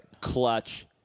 clutch